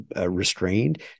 restrained